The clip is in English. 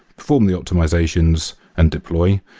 perform the optimizations and deploy.